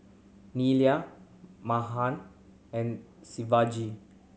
Neila Mahan and Shivaji